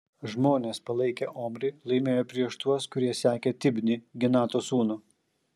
žmonės palaikę omrį laimėjo prieš tuos kurie sekė tibnį ginato sūnų